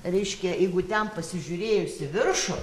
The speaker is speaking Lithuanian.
reiškia jeigu ten pasižiūrėjus į viršų